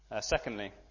Secondly